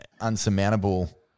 unsurmountable